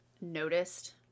noticed